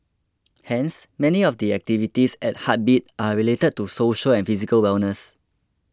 hence many of the activities at Heartbeat are related to social and physical wellness